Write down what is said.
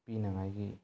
ꯄꯤꯅꯉꯥꯏꯒꯤ